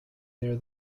there